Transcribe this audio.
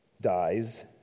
dies